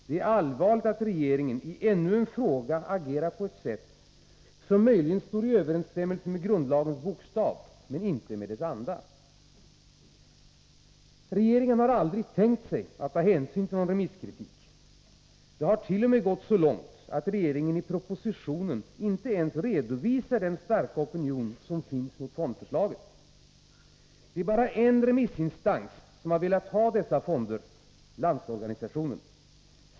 Det är allvarligt att regeringen i ännu en fråga agerar på ett sätt som möjligen står i överensstämmelse med grundlagens bokstav men inte med dess anda. Regeringen har aldrig tänkt ta hänsyn till någon remisskritik. Det har t.o.m. gått så långt att regeringen i propositionen inte ens redovisar den starka opinion som finns mot förslaget. Det är bara en remissinstans som har velat ha dessa fonder — Landsorganisationen.